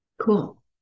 Cool